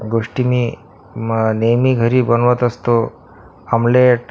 गोष्टी मी मं नेहमी घरी बनवत असतो आमलेट